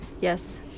Yes